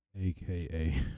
AKA